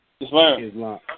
Islam